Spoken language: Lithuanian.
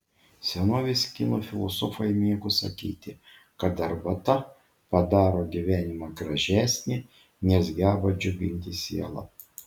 senovės kinų filosofai mėgo sakyti kad arbata padaro gyvenimą gražesnį nes geba džiuginti sielą